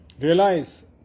realize